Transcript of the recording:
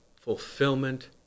fulfillment